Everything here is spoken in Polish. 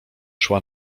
szła